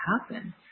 happen